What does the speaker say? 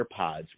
AirPods